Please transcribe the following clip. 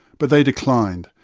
but they declined,